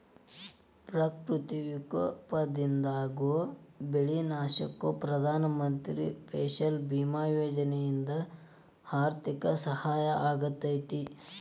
ಪ್ರಕೃತಿ ವಿಕೋಪದಿಂದಾಗೋ ಬೆಳಿ ನಾಶಕ್ಕ ಪ್ರಧಾನ ಮಂತ್ರಿ ಫಸಲ್ ಬಿಮಾ ಯೋಜನೆಯಿಂದ ಆರ್ಥಿಕ ಸಹಾಯ ಸಿಗತೇತಿ